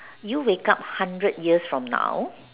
you wake up hundred years from now